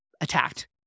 attacked